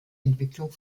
entwicklung